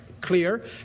clear